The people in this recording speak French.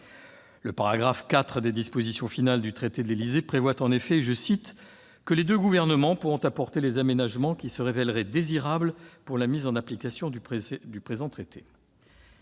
Le paragraphe 4 des dispositions finales du traité de l'Élysée prévoit en effet que « les deux gouvernements pourront apporter les aménagements qui se révéleraient désirables pour la mise en application du présent traité ».